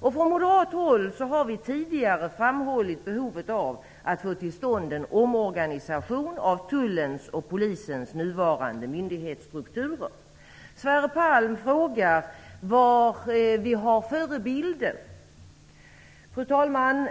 Från moderat håll har vi tidigare framhållit behovet av att få till stånd en omorganisation av tullens och polisens nuvarande myndighetsstrukturer. Sverre Palm frågar vilka förebilder vi har.